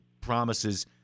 Promises